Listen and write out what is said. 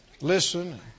listen